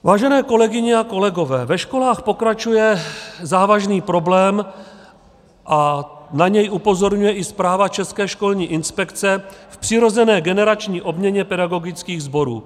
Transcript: Vážené kolegyně a kolegové, ve školách pokračuje závažný problém a na něj upozorňuje i zpráva České školní inspekce k přirozené generační obměně pedagogických sborů.